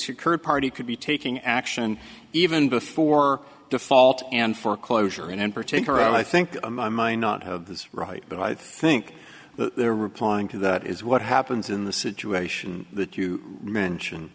occurred party could be taking action even before default and foreclosure and in particular i think my my not have this right but i think there replying to that is what happens in the situation that you mention